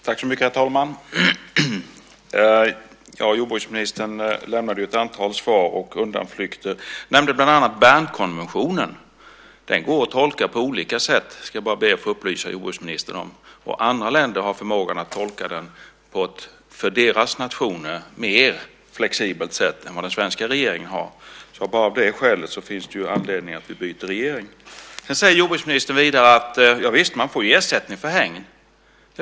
Herr talman! Jordbruksministern lämnade ett antal svar och undanflykter. Hon nämnde bland annat Bernkonventionen. Den går att tolka på olika sätt ska jag bara be att få upplysa jordbruksministern om, och andra länder har förmågan att tolka den på ett för deras nationer mer flexibelt sätt än vad den svenska regeringen har. Bara av det skälet finns det ju anledning att vi byter regering. Vidare säger jordbruksministern att javisst, man får ersättning för hägn.